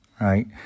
right